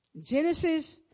Genesis